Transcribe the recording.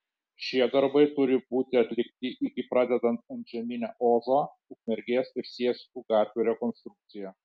šie darbai turi būti atlikti iki pradedant antžeminę ozo ukmergės ir siesikų gatvių rekonstrukciją